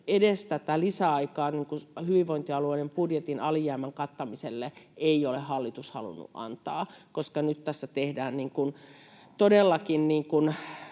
edes tätä lisäaikaa hyvinvointialueiden budjetin alijäämän kattamiselle ei ole hallitus halunnut antaa, koska nyt tässä todellakin